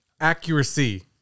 accuracy